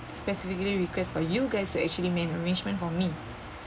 specifically request for you guys to actually made arrangement for me